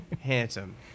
handsome